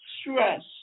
stress